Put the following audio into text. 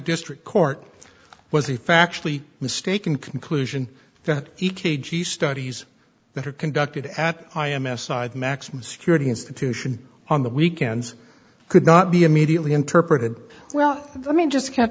district court was the factually mistaken conclusion that e k g studies that are conducted at i m s side maximum security institution on the weekends could not be immediately interpreted well i mean just